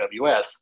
AWS